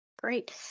Great